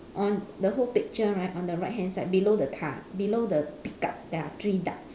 on the whole picture right on the right hand side below the car below the pick up there are three ducks